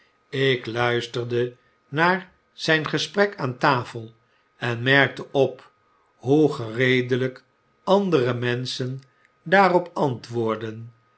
ik luisterde naar zijn gesprek aan tafel en merkte op hoe gereedelyk andere menschen daarop antwoordden